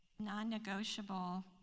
non-negotiable